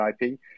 IP